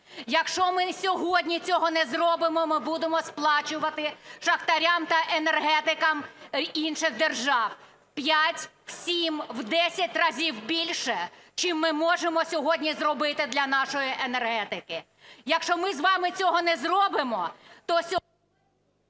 Якщо ми сьогодні цього не зробимо, ми будемо сплачувати шахтарям та енергетикам інших держав в п'ять, в сім, в десять разів більше, чим ми можемо сьогодні зробити для нашої енергетики. Якщо ми з вами цього не зробимо, то...